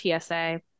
TSA